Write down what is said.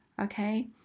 okay